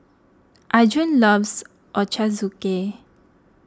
Arjun loves Ochazuke